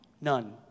None